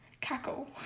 Cackle